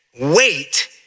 wait